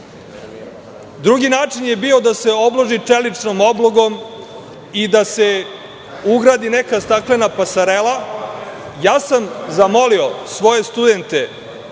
Drugi način je bio da se obloži čeličnom oblogom i da se ugradi neka staklena pasarela. Ja sam zamolio svoje studente